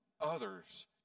others